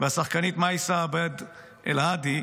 והשחקנית מאיסה עבד אלהאדי,